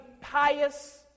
pious